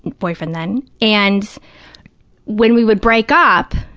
boyfriend then, and when we would break up,